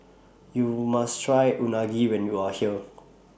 YOU must Try Unagi when YOU Are here